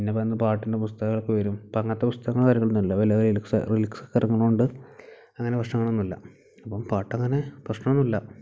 പിന്നെ വരുന്ന പാട്ടിൻ്റെ പുസ്തകമൊക്കെ വരും ഇപ്പം അങ്ങനത്തെ പുസ്തകങ്ങൾ വരുന്നില്ല ലിറിക്സ് ലിറിക്സ് ഇറങ്ങുന്നതു കൊണ്ട് അങ്ങനെ പ്രശ്നങ്ങളൊന്നുമില്ല അപ്പം പാട്ടങ്ങനെ പ്രശ്നമൊന്നുമല്ല